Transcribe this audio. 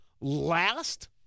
last